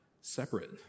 separate